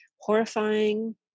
horrifying